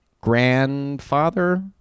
grandfather